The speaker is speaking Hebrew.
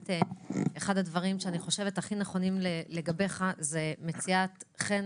אחד הדברים שאני חושבת שהכי נכונים לגביך זה מציאת חן